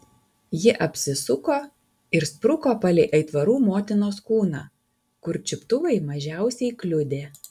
ji apsisuko ir spruko palei aitvarų motinos kūną kur čiuptuvai mažiausiai kliudė